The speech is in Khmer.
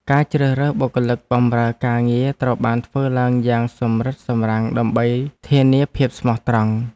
ការជ្រើសរើសបុគ្គលិកបម្រើការងារត្រូវបានធ្វើឡើងយ៉ាងសម្រិតសម្រាំងដើម្បីធានាភាពស្មោះត្រង់។